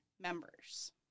members